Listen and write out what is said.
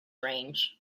range